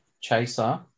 Chaser